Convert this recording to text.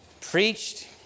preached